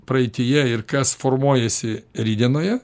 praeityje ir kas formuojasi rytdienoje